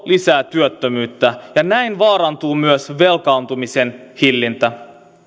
lisää työttömyyttä ja näin vaarantuu myös velkaantumisen hillintä